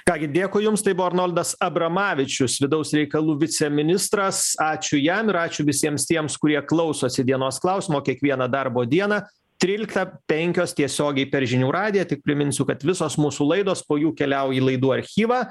ką gi dėkui jums tai buvo arnoldas abramavičius vidaus reikalų viceministras ačiū jam ir ačiū visiems tiems kurie klausosi dienos klausimo kiekvieną darbo dieną tryliktą penkios tiesiogiai per žinių radiją tik priminsiu kad visos mūsų laidos po jų keliauj į laidų archyvą